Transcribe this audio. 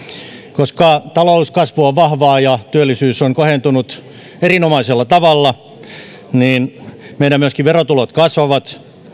koska talouskasvu on vahvaa ja työllisyys on kohentunut erinomaisella tavalla myöskin meidän verotulot kasvavat